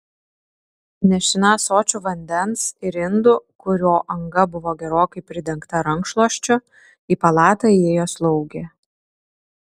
nešina ąsočiu vandens ir indu kurio anga buvo gerokai pridengta rankšluosčiu į palatą įėjo slaugė